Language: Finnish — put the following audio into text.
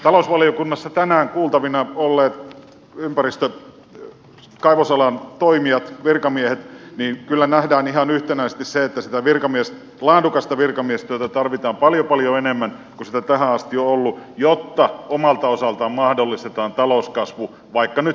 talousvaliokunnassa tänään kuultavina olivat ympäristö kaivosalan toimijat virkamiehet ja kyllä nähdään ihan yhtenäisesti se että sitä laadukasta virkamiestyötä tarvitaan paljon paljon enemmän kuin sitä tähän asti on ollut jotta omalta osaltaan mahdollistetaan talouskasvu vaikka nyt